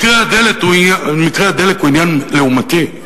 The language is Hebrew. מקרה הדלק הוא עניין לעומתי,